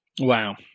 Wow